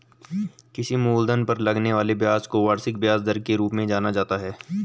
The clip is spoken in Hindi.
किसी मूलधन पर लगने वाले ब्याज को वार्षिक ब्याज दर के रूप में जाना जाता है